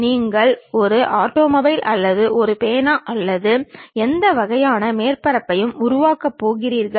நீங்கள் ஒரு ஆட்டோமொபைல் அல்லது ஒரு பேனா அல்லது எந்த வகையான மேற்பரப்பையும் உருவாக்கப் போகிறீர்கள்